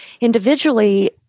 individually